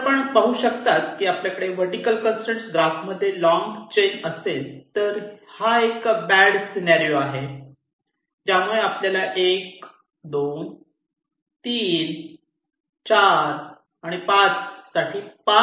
तर आपण पाहू शकता की जर आपल्याकडे वर्टीकल कंसट्रेन ग्राफमध्ये लॉन्ग चैन असेल तर ही एक बॅड सिनॅरिओ आहे ज्यामुळे आपल्याला 1 2 3 4 आणि 5 साठी 5 ट्रॅक आवश्यक आहेत